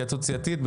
התייעצות סיעתית.